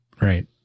right